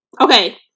Okay